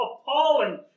appalling